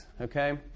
Okay